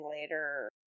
later